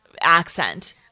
accent